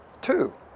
Two